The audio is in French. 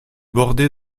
bordé